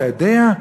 אתה יודע?